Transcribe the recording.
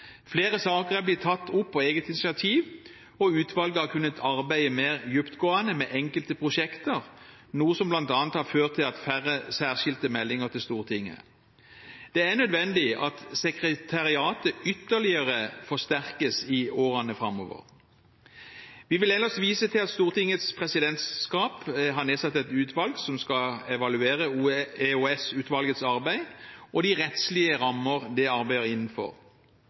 Flere saker er blitt tatt opp på eget initiativ, og utvalget har kunnet arbeide mer dyptgående med enkelte prosjekter, noe som bl.a. har ført til færre særskilte meldinger til Stortinget. Det er nødvendig at sekretariatet ytterligere forsterkes i årene framover. Vi vil ellers vise til at Stortingets presidentskap har nedsatt et utvalg som skal evaluere EOS-utvalgets arbeid og de rettslige rammer det arbeider innenfor.